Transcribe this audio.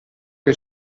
che